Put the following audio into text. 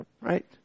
right